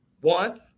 One –